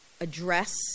address